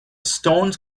stones